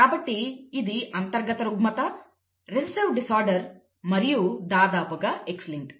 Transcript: కాబట్టి ఇది అంతర్గత రుగ్మత రెసెసివ్ డిసార్డర్ మరియు దాదాపుగా X లింక్డ్